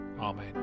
Amen